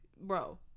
bro